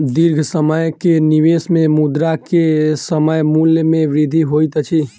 दीर्घ समय के निवेश में मुद्रा के समय मूल्य में वृद्धि होइत अछि